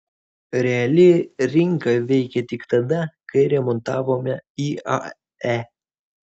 reali rinka veikė tik tada kai remontavome iae